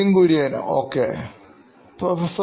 Nithin Kurian COO Knoin Electronics Ok